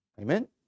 Amen